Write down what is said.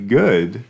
good